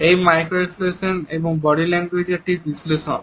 এটি মাইক্রোএক্সপ্রেশন এবং body language এর একটি বিশ্লেষণ